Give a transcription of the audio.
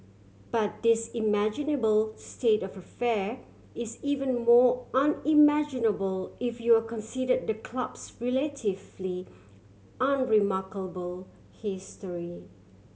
but this imaginable state of affair is even more unimaginable if you are consider the club's relatively unremarkable history